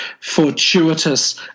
fortuitous